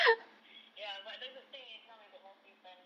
ya but that's the thing is now we got more free time